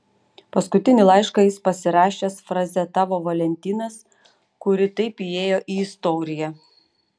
paskutinį laišką jis pasirašęs fraze tavo valentinas kuri taip įėjo į istoriją